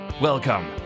Welcome